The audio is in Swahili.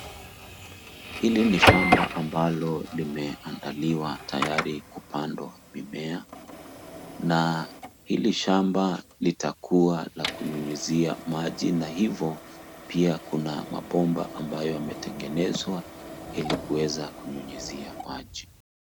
Hili ni shamba ambalo limeandaliwa tayari kupandwa mimea, na hili shamba litakuwa la kunyunyizia maji na hivo pia kuna mabomba ambayo yametengenezwa ili kuweza kunyunyizia maji.